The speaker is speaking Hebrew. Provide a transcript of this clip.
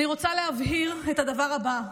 אני רוצה להבהיר את הדבר הבא: